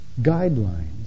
guidelines